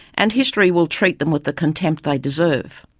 and history will treat them with the contempt they deserve.